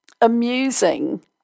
amusing